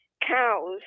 cows